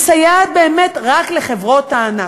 מסייעת באמת רק לחברות הענק.